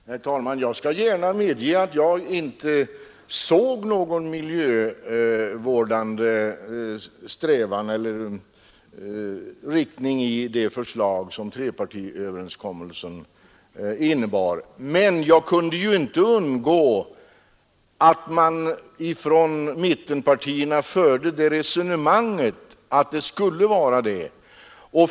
Herr talman! Jag skall gärna medge att jag inte såg någon miljövårdande inriktning hos det förslag som trepartiöverenskommelsen innebar, men jag kunde inte undgå att märka att man i mittenpartierna förde resonemanget att det skulle vara så.